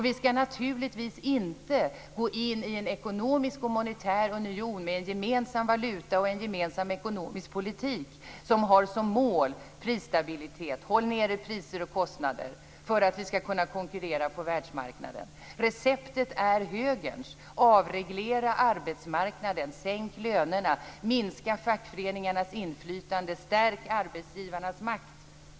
Vi skall naturligtvis inte gå in i en ekonomisk och monetär union med en gemensam valuta och en gemensam ekonomisk politik som har prisstabilitet som mål. Håll nere priser och kostnader för att vi skall kunna konkurrera på världsmarknaden! Receptet är högerns: Avreglera arbetsmarknaden, sänk lönerna, minska fackföreningarnas inflytande, stärk arbetsgivarnas makt!